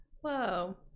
Whoa